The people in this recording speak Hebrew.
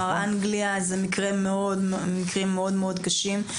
באנגליה זה מקרים מאוד מאוד קשים,